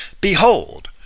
Behold